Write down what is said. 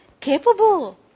capable